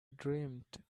dreamt